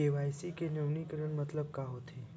KYC नवीनीकरण के मतलब का होथे?